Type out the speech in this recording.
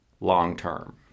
long-term